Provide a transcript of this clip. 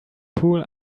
pool